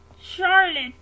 Charlotte